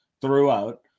throughout